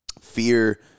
fear